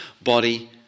body